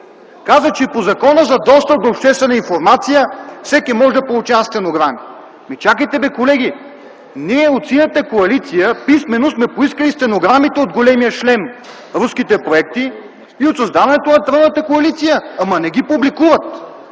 Каза, че по Закона за достъп до обществена информация всеки може да получава стенограми. Но чакайте, бе, колеги, ние от Синята коалиция писмено сме поискали стенограмите от големия шлем руските проекти и от създаването на тройната коалиция, ама не ги публикуват!